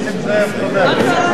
לא נתקבלה.